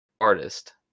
artist